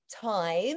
time